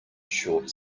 short